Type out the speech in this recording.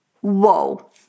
Whoa